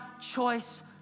choice